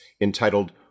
entitled